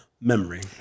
memory